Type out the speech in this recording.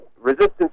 resistance